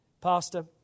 Pastor